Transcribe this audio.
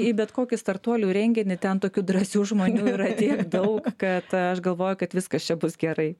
į bet kokį startuolių renginį ten tokių drąsių žmonių yra tiek daug kad aš galvoju kad viskas čia bus gerai